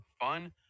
fun